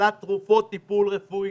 קבלת תרופות וטיפול רפואי,